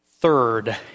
Third